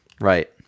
Right